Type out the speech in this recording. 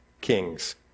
kings